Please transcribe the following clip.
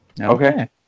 Okay